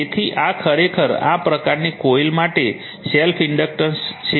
તેથી આ ખરેખર આ પ્રકારની કોઇલ માટે સેલ્ફ ઇન્ડક્ટન્સ છે